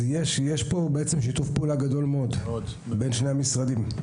יש פה בעצם שיתוף פעולה גדול מאוד בין שני המשרדים.